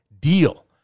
deal